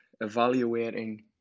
evaluating